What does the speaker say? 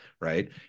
right